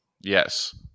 Yes